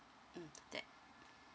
mm that